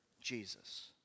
Jesus